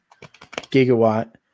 gigawatt